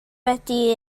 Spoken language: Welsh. wedi